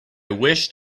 wished